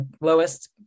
lowest